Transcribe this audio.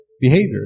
behavior